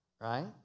right